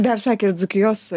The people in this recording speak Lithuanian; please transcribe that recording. dar sakė ir dzūkijos